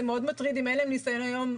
זה מאוד מטריד אם אין להם ניסיון היום,